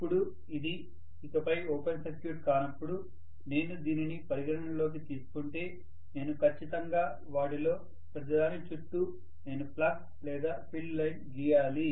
ఇప్పుడు ఇది ఇకపై ఓపెన్ సర్క్యూట్ కానప్పుడు నేను దీనిని పరిగణనలోకి తీసుకుంటే నేను ఖచ్చితంగా వాటిలో ప్రతిదాని చుట్టూ నేను ఫ్లక్స్ లేదా ఫీల్డ్ లైన్ గీయాలి